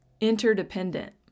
interdependent